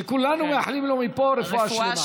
שכולנו מאחלים לו מפה רפואה שלמה.